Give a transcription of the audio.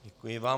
Děkuji vám.